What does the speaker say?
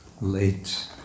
late